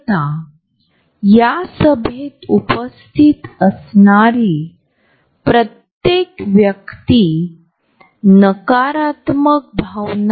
आता आपण घाबरुन आहात आणि कदाचित नाराज देखील आहात